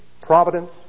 providence